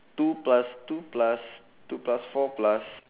two plus two plus two plus four plus